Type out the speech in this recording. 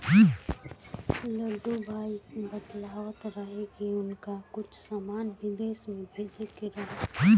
गुड्डू भैया बतलावत रहले की उनका के कुछ सामान बिदेश भेजे के रहे